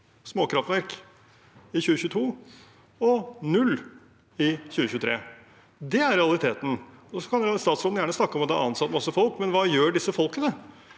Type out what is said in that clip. småkraftverk i 2022 og null i 2023. Det er realiteten. Og statsråden kan gjerne snakke om at det er ansatt masse folk, men hva gjør disse folkene?